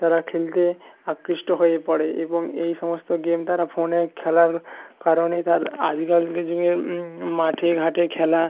তারা খেলতে আকৃষ্ট হয়ে পড়ে এবং এই সমস্ত গেম তারা ফোনে খেলার কারণে তারা আজকালকার যুগে মাঠে ঘাটে খেলা